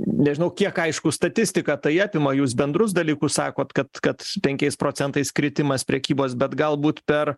nežinau kiek aišku statistika tai atima jūs bendrus dalykus sakot kad kad penkiais procentai kritimas prekybos bet galbūt per